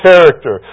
character